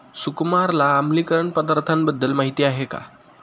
सुकुमारला आम्लीकरण पदार्थांबद्दल माहिती आहे का?